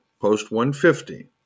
post-150